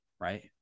right